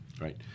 Right